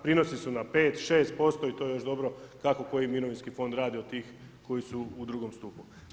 Prinosi su na 5-6% i to je još dobro kako koji mirovinski fond radi od tih koji su u drugom stupu.